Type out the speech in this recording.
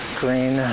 green